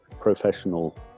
professional